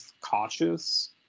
cautious